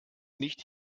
nicht